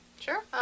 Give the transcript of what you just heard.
Sure